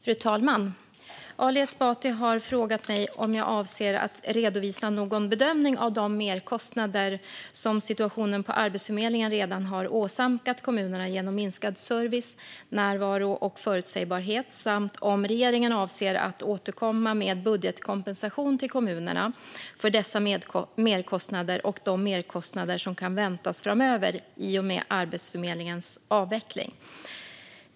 Fru talman! Ali Esbati har frågat mig om jag avser att redovisa någon bedömning av de merkostnader som situationen på Arbetsförmedlingen redan har åsamkat kommunerna genom minskad service, närvaro och förutsägbarhet samt om regeringen avser att återkomma med budgetkompensation till kommunerna för dessa merkostnader och de merkostnader som kan väntas framöver i och med Arbetsförmedlingens avveckling.